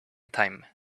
time